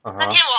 (uh huh)